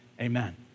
Amen